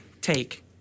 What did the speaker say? take